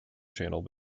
channel